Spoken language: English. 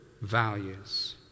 values